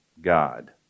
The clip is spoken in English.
God